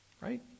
right